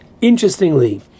Interestingly